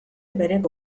bereko